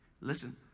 Listen